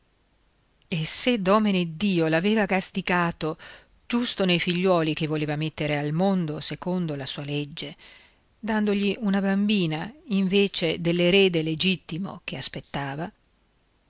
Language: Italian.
e se domeneddio l'aveva gastigato giusto nei figliuoli che voleva mettere al mondo secondo la sua legge dandogli una bambina invece dell'erede legittimo che aspettava